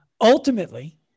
ultimately